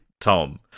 Tom